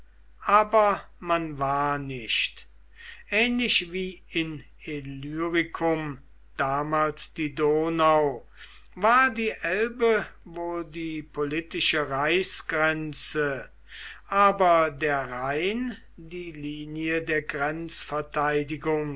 aber war man nicht ähnlich wie in illyricum damals die donau war die elbe wohl die politische reichsgrenze aber der rhein die linie der